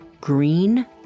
green